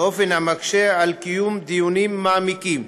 באופן המקשה על קיום דיונים מעמיקים.